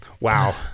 wow